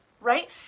right